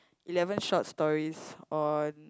eleven short stories on